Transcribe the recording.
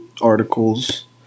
articles